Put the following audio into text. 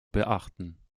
beachten